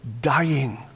dying